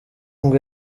ngo